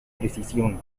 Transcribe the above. decisión